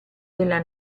della